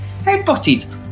headbutted